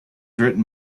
written